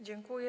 Dziękuję.